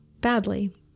badly